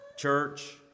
church